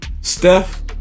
Steph